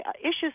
issues